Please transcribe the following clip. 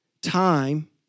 time